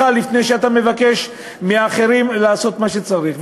לפני שאתה מבקש מאחרים לעשות מה שצריך.